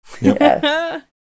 yes